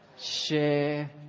Share